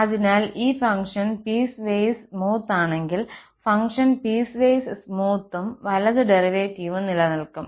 അതിനാൽ ഈ function piecewise smooth ആണെങ്കിൽ ഫംഗ്ഷൻ പീസ്വൈസ് സ്മൂത്തും വലതു ഡെറിവേറ്റീവും നിലനിൽക്കും